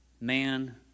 man